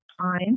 time